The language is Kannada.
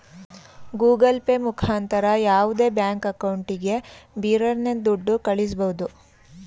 ಗೂಗಲ್ ಪೇ ಮುಖಾಂತರ ಯಾವುದೇ ಬ್ಯಾಂಕ್ ಅಕೌಂಟಿಗೆ ಬಿರರ್ನೆ ದುಡ್ಡ ಕಳ್ಳಿಸ್ಬೋದು